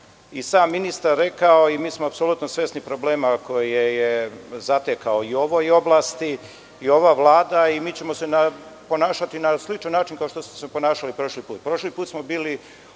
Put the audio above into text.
i sam ministar rekao, a i mi smo apsolutno svesni problema koje je zatekao i u ovoj oblasti, kao i ova Vlada, pa ćemo se mi ponašati na sličan način kao što smo se ponašali prošli put. Prošli put smo bili